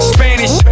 Spanish